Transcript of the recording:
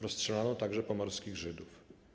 Rozstrzelano także pomorskich Żydów.